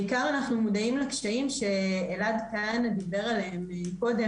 בעיקר אנחנו מודעים לקשיים שאלעד כהנא דיבר עליהם קודם.